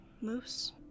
moose